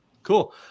Cool